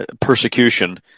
persecution